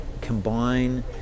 combine